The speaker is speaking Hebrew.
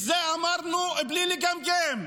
את זה אמרנו בלי לגמגם.